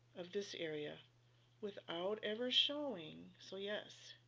of this area without ever showing. so, yes,